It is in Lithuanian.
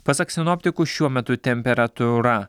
pasak sinoptikų šiuo metu temperatūra